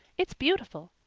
it's beautiful.